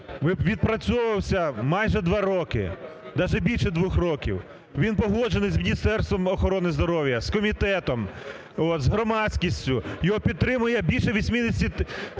відпрацьовувався майже два роки, даже більше двох років. Він погоджений з Міністерством охорони здоров'я, з комітетом, з громадськістю, його підтримує більше 80